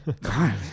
god